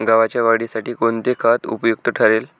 गव्हाच्या वाढीसाठी कोणते खत उपयुक्त ठरेल?